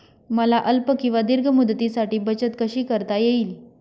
मला अल्प किंवा दीर्घ मुदतीसाठी बचत कशी करता येईल?